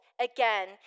again